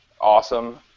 awesome